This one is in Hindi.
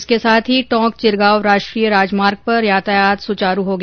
इसके साथ ही टोंक चिरगांव राष्ट्रीय राजमार्ग पर यातायात सुचारू हो गया